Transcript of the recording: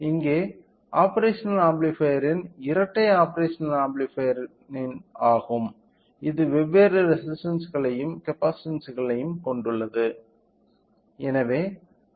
இங்கே ஆப்பேரஷனல் ஆம்பிளிபையர்ன் இரட்டை ஆப்பேரஷனல் ஆம்பிளிபையர்ன் ஆகும் இது வெவ்வேறு ரெசிஸ்டன்ஸ்களையும் கப்பாசிட்டன்ஸ்களையும் கொண்டுள்ளது